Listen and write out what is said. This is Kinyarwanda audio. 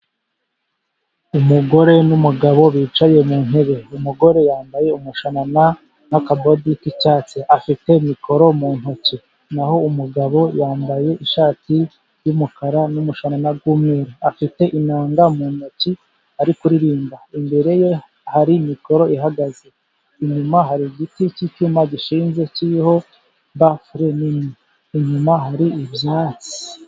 Umugore n'umugabo bicaye mu ntebe, umugore yambaye umushanana n'akabodi k'icyatsi, afite mikoro mu ntoki. Naho umugabo yambaye ishati y'umukara n'umushanana w'umweru, afite inanga mu ntoki ari kuririmba, imbere ye hari mikoro ihagaze, inyuma hari igiti cyicyuma gishinze kiriho bafure nini, inyuma hari ibyatsi.